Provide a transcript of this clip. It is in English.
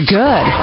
good